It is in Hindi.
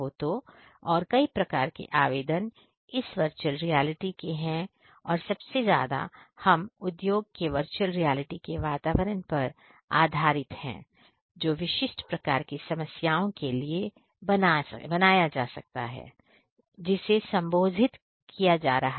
तो और कई प्रकार के आवेदन इस वर्चुअल रियालिटी के हैं और सबसे ज्यादा हम उद्योग के वर्चुअल रियलिटी के वातावरण पर आधारित है जो विशिष्ट प्रकार की समस्या के लिए बनाया जा सकता है जिसे संबोधित किया जा रहा है